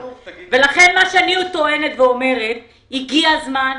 לכן, אני טוענת שהגיע הזמן,